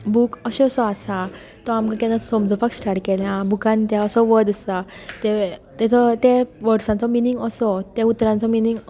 book असो असो आसा तो आमकां केन्ना समजूपाक स्टार्ट केल्या बुकान त्या असो वध आसा ताजो त्या वर्डसांचो मिनींग असो त्या उतरांचो मिनींग